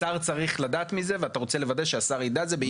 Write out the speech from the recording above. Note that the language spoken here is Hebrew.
אמרת שר צריך לדעת מזה ואתה רוצה לוודא שהשר ידע על זה.